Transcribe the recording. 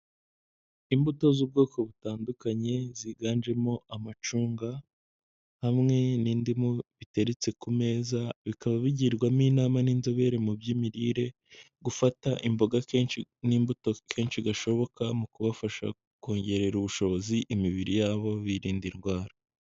Imbuto z'ubwoko butandukanye ziganjemo amacunga hamwe n'indimu biteretse ku meza. Bikaba bigirwamo inama n'inzobere mu by'imirire, gufata imboga kenshi n'imbuto kenshi gashoboka mu kubafasha kongerera ubushobozi imibiri yabo birinda indwara.